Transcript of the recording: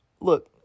look